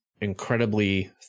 incredibly